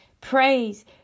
Praise